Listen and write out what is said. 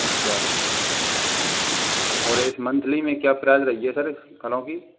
अच्छा और इस मंथली में क्या प्राइस रही है सर फलों की